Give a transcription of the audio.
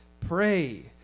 pray